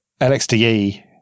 LXDE